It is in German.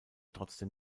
trotzdem